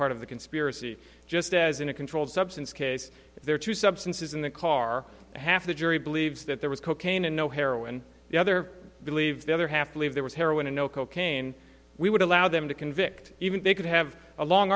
part of the conspiracy just as in a controlled substance case there are two substances in the car half the jury believes that there was cocaine and no heroin the other believe the other half believe there was heroin and no cocaine we would allow them to convict even they could have a long